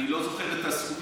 אני לא זוכר את הסוגים,